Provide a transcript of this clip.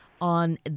on